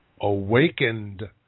awakened